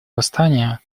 восстания